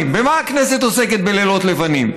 במה הכנסת עוסקת בלילות לבנים,